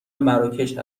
مراکش